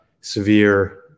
severe